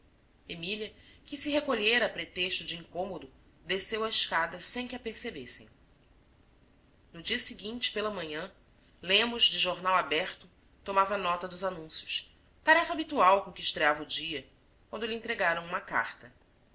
emília que se recolhera a pretexto de incômodo desceu a escada sem que a percebessem no dia seguinte pela manhã lemos de jornal aberto tomava nota dos anúncios tarefa habitual com que estreava o dia quando lhe entregaram uma carta